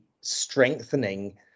strengthening